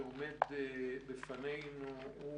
שעומד בפנינו הוא